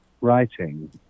writing